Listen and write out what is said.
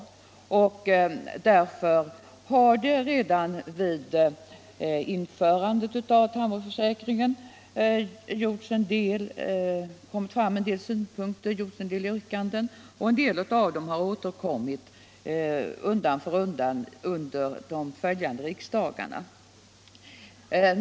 Diärför har det redan vid införandet av tandvårdsförsäkringen förts fram synpunkter och yrkanden, och en del av dem har återkommit undan för undan under de följande riksdagarna.